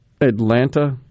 Atlanta